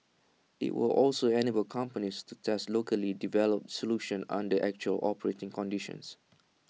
IT will also enable companies to test locally developed solutions under actual operating conditions